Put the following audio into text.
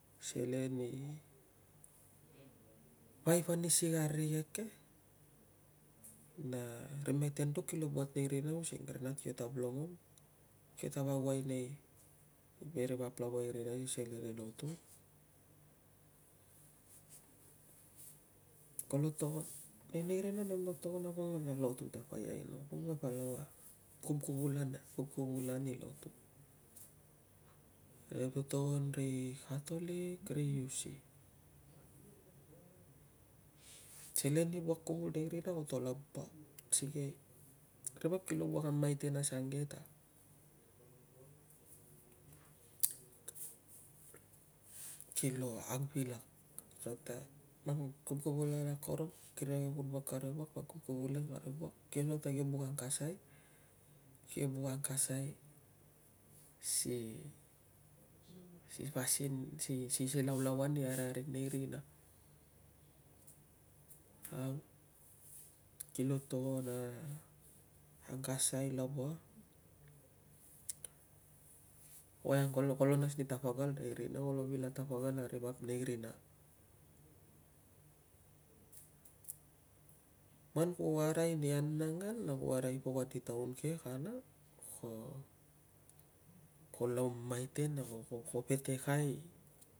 Selen i paip ani sikar rikek ke, na ri maiten duk kilo buat nei rina using a ri nat duk kio tab longong, kio tab auai nei, veri vap lava i rina nei selen i lotu. Kolo togon, e nei rina nemto togon a pongua na lotu tapai aino. Pongua palau a kubkuvulan ang, kubkuvulan i lotu. Nempo togon ri katolik, ri uc. Selen i wuak kuvul nei rina koto laba, sikei ri vap kilo wuak a maiten asuange ta kilo ang pilak asuang ta mang kubkuvulan akorong ria ki kun wuak kari wuak, mang kubkuvulan kari wuak. Kio antok ta kio angkasai, kio buk angkasai si, si pasin, si, si laulauan i araring nei rina. kilo togon a angkasai lava woiang kolo, kolo nas ni tapagal nei rina, kolo vil a tapagal a ri vap nei rina. Man ku arai ni anangan, na ku arai pok ani taun ke, kana ko, ko, lau maiten na kolo petekai